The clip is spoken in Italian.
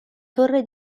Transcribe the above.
torre